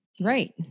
Right